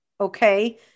Okay